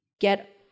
get